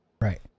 Right